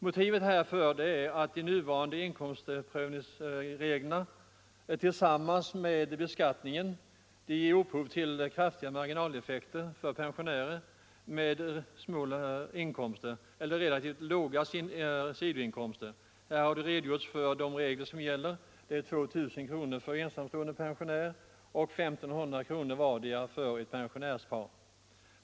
Motiven härför är att de nuvarande inkomstprövningsreglerna tillsammans med beskattningen ger upphov till kraftiga marginaleffekter för pensionärer med låga sidoinkomster. Här har redogjorts för de belopp som gäller. Det är 2 000 kronor för ensamstående pensionär och 1 500 kronor vardera för ett pensionärspar.